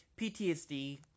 PTSD